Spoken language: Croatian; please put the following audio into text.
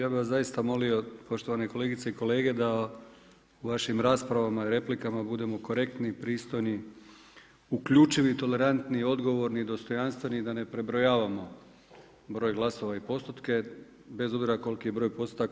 Ja bih vas zaista molio poštovane kolegice i kolege da u vašim raspravama i replikama budemo korektni, pristojni, uključivi, tolerantni, odgovorni, dostojanstveni, da ne prebrojavamo broj glasova i postotke bez obzira koliki je broj postotaka.